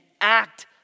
act